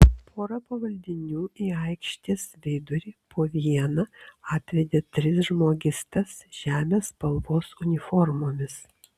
pora pavaldinių į aikštės vidurį po vieną atvedė tris žmogystas žemės spalvos uniformomis